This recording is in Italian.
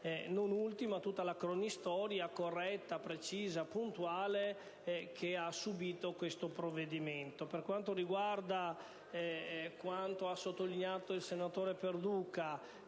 non ultima tutta la cronistoria, corretta, precisa e puntuale di questo provvedimento. Per quanto riguarda quanto sottolineato dal senatore Perduca,